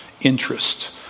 interest